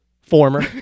Former